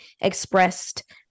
expressed